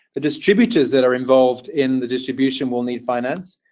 the distributors that are involved in the distribution will need finance.